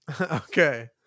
Okay